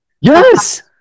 Yes